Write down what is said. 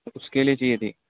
اس کے لیے چاہیے تھی